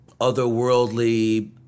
otherworldly